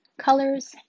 colors